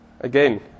Again